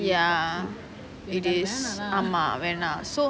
ya it is எனக்கு அது வேணாம்:ennaku athu venaam so